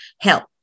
help